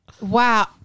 Wow